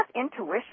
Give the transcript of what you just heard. intuition